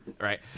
Right